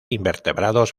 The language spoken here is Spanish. invertebrados